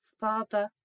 Father